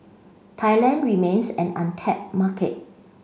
Thailand remains an untapped market